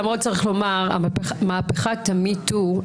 למרות שצריך לומר לגבי מהפכת ה-MeToo,